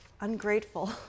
ungrateful